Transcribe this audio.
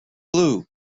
blue